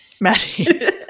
Maddie